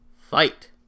Fight